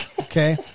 Okay